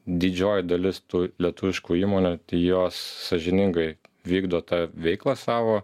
didžioji dalis tų lietuviškų įmonių jos sąžiningai vykdo tą veiklą savo